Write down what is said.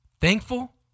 thankful